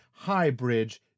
Highbridge